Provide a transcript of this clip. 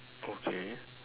okay